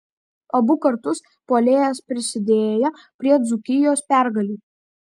abu kartus puolėjas prisidėjo prie dzūkijos pergalių